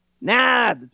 nah